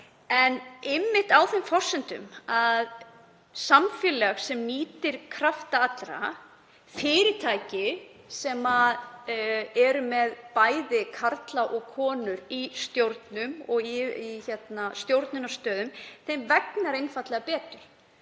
einmitt á þeim forsendum að samfélagi sem nýtir krafta allra, fyrirtækjum sem eru með bæði karla og konur í stjórnum og í stjórnunarstöðum, vegni einfaldlega betur.